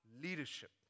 leadership